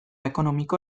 ekonomiko